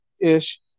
ish